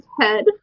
head